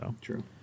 True